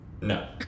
No